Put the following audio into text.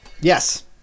Yes